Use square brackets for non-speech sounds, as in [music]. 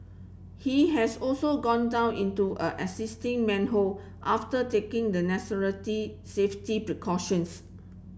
he has also gone down into an existing manhole after taking the [unintelligible] safety precautions